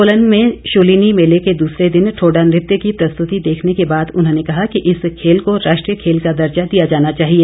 सोलन में शूलिनी मेले के दूसरे दिन ठोडा नृत्य की प्रस्तुति देखने के बाद उन्होंने कहा कि इस खेल को राष्ट्रीय खेल का दर्जा दिया जाना चाहिए